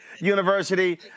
University